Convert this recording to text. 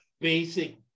basic